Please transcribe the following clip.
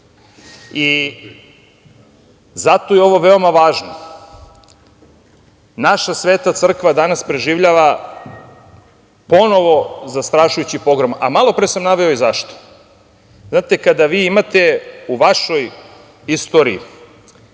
Zato je ovo veoma važno. Naša sveta crkva danas preživljava ponovo zastrašujući pogrom, a malopre sam naveo i zašto. Znate kada imate u vašoj istoriji